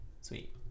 sweet